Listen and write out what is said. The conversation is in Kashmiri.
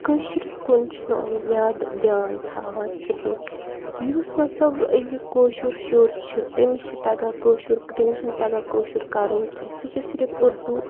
کٲشرِس کُن چھِنہٕ یِم زیادٕ دھیٛان تھاوان کِہیٖنۍ یُس مطلب أزیُک کٲشُر شُر چھِ تٔمِس چھِ تَگان کٲشُر تٔمِس چھِنہٕ تَگان کٲشُر کَرُن کیٚنٛہہ سُہ چھُ صرف اُردو